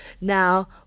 Now